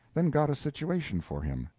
then got a situation for him.